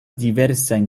diversajn